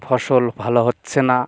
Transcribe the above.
ফসল ভালো হচ্ছে না